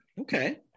okay